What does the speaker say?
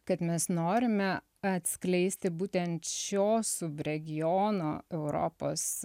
kad mes norime atskleisti būtent šio subregiono europos